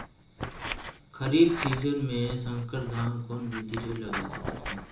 खरीफ season मे संकर धान कोन विधि ले लगा सकथन?